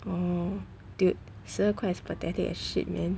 oh dude 十二块 is pathetic as shit man